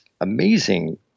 amazing